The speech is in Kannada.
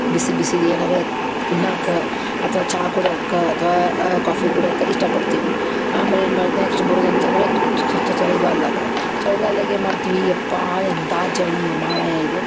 ಬಿಸಿ ಬಿಸಿದು ಏನಾರೂ ತಿನ್ನಕ್ಕ ಅಥವಾ ಚಾ ಕುಡಿಯಕ್ಕ ಅಥ್ವಾ ಕಾಫಿ ಕುಡಿಯಕ್ಕ ಇಷ್ಟಪಡ್ತೀವಿ ಆಮೇಲೆ ಏನು ಮಾಡ್ತ್ ನೆಕ್ಸ್ಟ್ ಬರುದು ಅಂತಂದರೆ ಚಳಿಗಾಲದಾಗ ಚಳಿಗಾಲ್ದಗ ಏನು ಮಾಡ್ತೀವಿ ಯಪ್ಪಾ ಎಂಥಾ ಚಳಿಯೋ ಮಾರಾಯ ಇದು